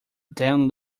then